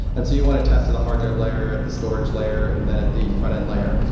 and so you want to test to the hard drive layer, at the storage layer and then at the frontend layer.